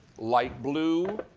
light blue,